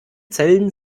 zellen